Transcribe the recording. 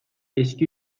eski